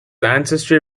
ancestry